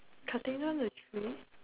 cutting down the tree